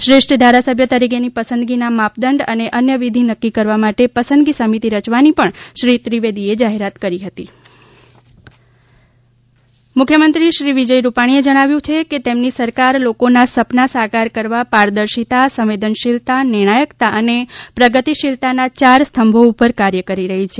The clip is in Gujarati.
શ્રેષ્ઠ ધારાસભ્ય તરીકેની પસંદગીના માપદંડ અને અન્ય વિધિ નક્કી કરવા માટે પસંદગી સમિતિ રચવાની પણ શ્રી ત્રિવેદી એ જાહેરાત કરી હતી આભાર પ્રસ્તાવ મુખ્ય મંત્રી વિધાન સભા મુખ્યમંત્રી શ્રી વિજય રૂપાણીએ જણાવ્યું છે કે તેમની સરકાર લોકોના સપનાં સાકાર કરવા પારદર્શિતા સંવેદનશીલતા નિર્ણાયકતા અનેપ્રગતિશીલતાના ચાર સ્તંભો ઉપર કાર્ય કરી રહી છે